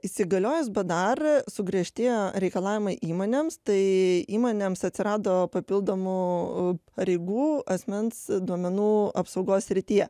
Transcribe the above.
įsigaliojus bdar sugriežtėjo reikalavimai įmonėms tai įmonėms atsirado papildomų pareigų asmens duomenų apsaugos srityje